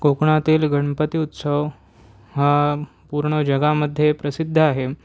कोकणातील गणपती उत्सव हा पूर्ण जगामध्ये प्रसिद्ध आहे